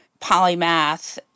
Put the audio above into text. polymath